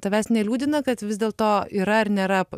tavęs neliūdina kad vis dėlto yra ir nėra